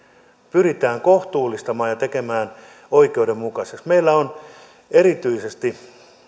pyritään kohtuullistamaan ja tekemään oikeudenmukaiseksi meillä on erityisesti